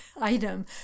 item